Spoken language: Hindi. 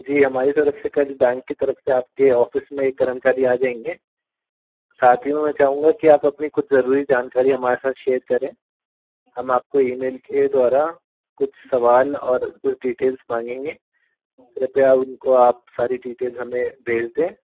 जी हमारी तरफ से कल बैंक की तरफ से आपके ऑफिस में एक कर्मचारी आजाएंगे साथ ही में मैं चाहूँगा कि आप अपनी कुछ जरूरी जानकारी हमारे साथ शेर करें हम आपको ईमेल के द्वारा कुछ सवाल और कुछ डिटेल्स मांगेंगे कृपया उनको आप सारी डिटेल हमें भेज दे